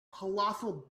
colossal